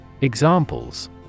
Examples